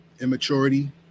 immaturity